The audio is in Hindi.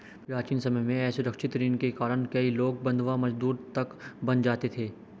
प्राचीन समय में असुरक्षित ऋण के कारण कई लोग बंधवा मजदूर तक बन जाते थे